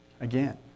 again